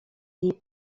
jej